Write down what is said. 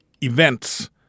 events